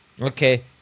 Okay